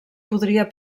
podria